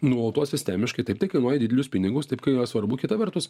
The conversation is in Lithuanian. nuolatos sistemiškai taip tai kainuoja didelius pinigus taip tai yra svarbu kita vertus